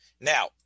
Now